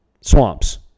swamps